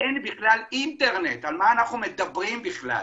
אין להם בכלל אינטרנט, על מה אנחנו מדברים בכלל?